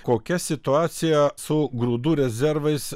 kokia situacija su grūdų rezervais